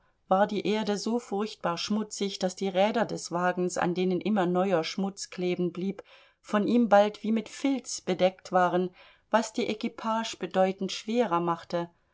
war die erde so furchtbar schmutzig daß die räder des wagens an denen immer neuer schmutz klebenblieb von ihm bald wie mit filz bedeckt waren was die equipage bedeutend schwerer machte